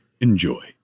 enjoy